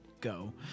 go